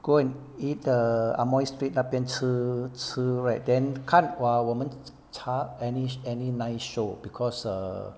go and eat err amoy street 那边吃吃 right then 看我们查 any any nice show because err